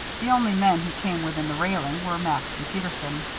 the only men who came within the railing were max and peterson.